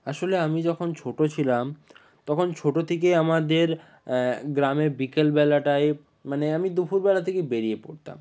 আসলে আমি যখন ছোট ছিলাম তখন ছোট থেকেই আমাদের গ্রামে বিকেলবেলাটায় মানে আমি দুপুরবেলা থেকে বেরিয়ে পড়তাম